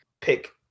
pick